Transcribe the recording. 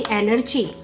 energy